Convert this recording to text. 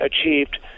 achieved